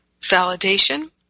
validation